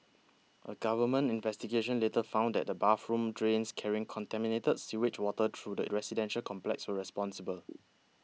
a government investigation later found that the bathroom drains carrying contaminated sewage water through the residential complex were responsible